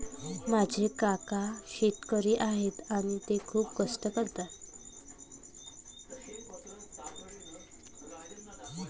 माझे काका शेतकरी आहेत आणि ते खूप कष्ट करतात